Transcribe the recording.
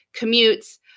commutes